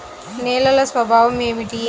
నేలల స్వభావం ఏమిటీ?